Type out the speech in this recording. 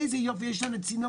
איזה יופי יש לנו צינור,